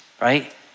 Right